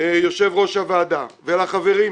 יושב-ראש הוועדה, ולחברים,